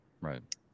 Right